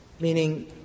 meaning